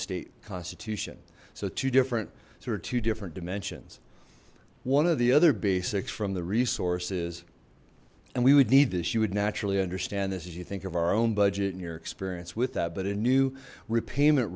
state constitution so two different sort of two different dimensions one of the other basics from the resource is and we would need this you would naturally understand this as you think of our own budget and your experience with that but a new repayment